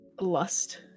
lust